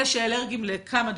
אלה שאלרגיים לכמה דברים,